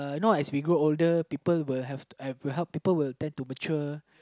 I know as we grow older people will have have people will tend to mature